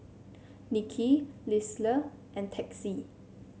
Nicki Lisle and Texie